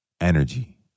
Energy